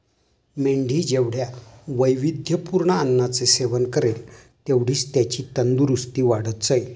मेंढी जेवढ्या वैविध्यपूर्ण अन्नाचे सेवन करेल, तेवढीच त्याची तंदुरस्ती वाढत जाईल